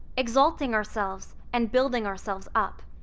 exalting ourselves and building ourselves up,